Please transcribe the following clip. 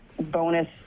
Bonus